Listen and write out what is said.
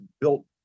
built